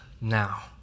now